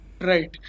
right